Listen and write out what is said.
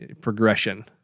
progression